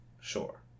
Sure